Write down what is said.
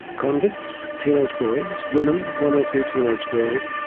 convicts, teenage boys, women, one or two teenage girls,